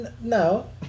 no